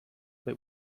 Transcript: bei